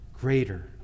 greater